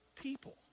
people